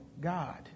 God